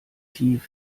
tief